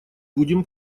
будем